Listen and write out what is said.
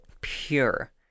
Pure